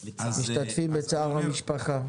משתתפים בצער המשפחה.